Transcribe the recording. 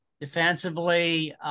defensively